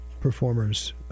performers